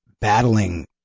battling